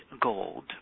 gold